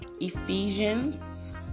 Ephesians